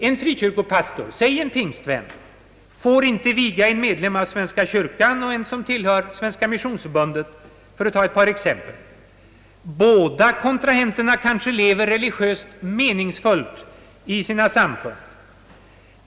En frikyrkopastor, t.ex. en pingstvän, får inte viga en medlem av svenska kyrkan och en som tillhör Svenska missionsförbundet. Båda kontrahenterna kanske lever religiöst meningsfullt i sina samfund.